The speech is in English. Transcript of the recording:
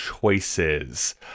choices